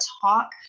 talk